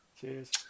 Cheers